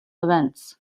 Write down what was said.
events